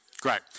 Great